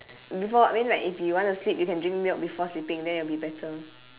before I mean like if you want to sleep you can drink milk before sleeping then it will be better